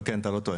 אבל אתה לא טועה,